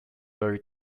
very